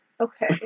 Okay